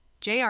JR